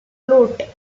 float